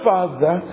Father